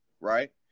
right